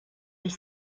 les